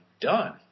done